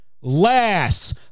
lasts